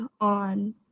on